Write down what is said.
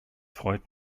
freut